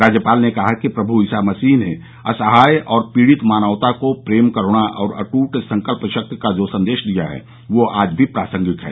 राज्यपाल ने कहा कि प्रभू ईसा मसीह ने असहाय और पीड़ित मानवता को प्रेम करूणा और अट्ट संकल्प शक्ति का जो संदेश दिया वह आज भी प्रासंगिक है